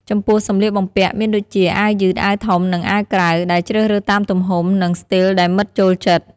ចំពោះសម្លៀកបំពាក់ មានដូចជា អាវយឺត អាវធំ និងអាវក្រៅ ដែលជ្រើសរើសតាមទំហំ និងស្ទីលដែលមិត្តចូលចិត្ត។